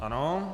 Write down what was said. Ano.